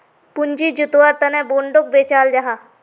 पूँजी जुत्वार तने बोंडोक बेचाल जाहा